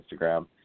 Instagram